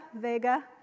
Vega